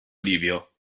livio